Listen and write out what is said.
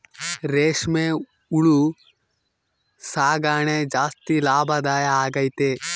ರೇಷ್ಮೆ ಹುಳು ಸಾಕಣೆ ಜಾಸ್ತಿ ಲಾಭದಾಯ ಆಗೈತೆ